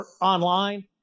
online